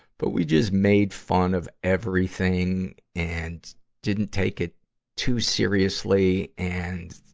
but we just made fun of everything and didn't take it too seriously. and,